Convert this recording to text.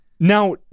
Now